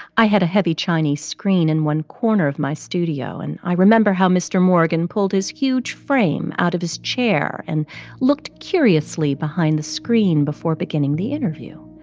i had a heavy chinese screen in one corner of my studio, and i remember how mr. morgan pulled his huge frame out of his chair and looked curiously behind the screen before beginning the interview.